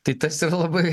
tai tas yra labai